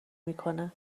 میکنه